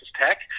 Tech